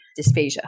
dysphagia